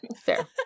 Fair